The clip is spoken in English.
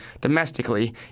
domestically